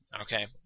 Okay